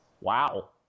Wow